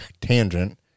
tangent